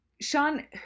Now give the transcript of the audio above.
Sean